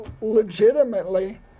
legitimately